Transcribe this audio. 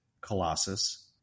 Colossus